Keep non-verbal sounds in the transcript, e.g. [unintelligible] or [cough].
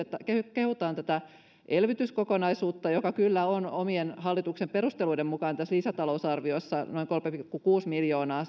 kehutaan tätä elvytyskokonaisuutta jonka määrärahavaikutus kyllä on hallituksen omien perusteluiden mukaan tässä lisätalousarviossa noin kolme pilkku kuusi miljoonaa [unintelligible]